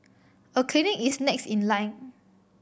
a clinic is next in line